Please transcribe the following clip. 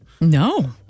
No